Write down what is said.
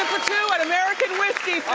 and american whiskey,